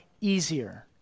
easier